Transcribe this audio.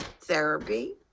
therapy